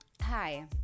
hi